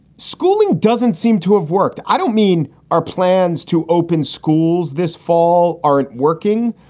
schooling doesn't seem to have worked. i don't mean our plans to open schools this fall aren't working.